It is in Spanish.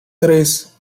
tres